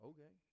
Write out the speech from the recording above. Okay